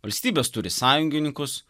valstybės turi sąjungininkus